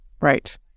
right